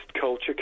culture